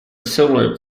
similar